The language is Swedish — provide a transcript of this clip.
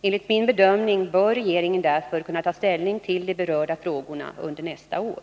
Enligt min bedömning bör regeringen därför kunna ta ställning till de berörda frågorna under nästa år.